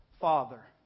Father